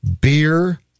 beer